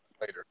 later